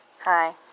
Hi